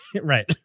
Right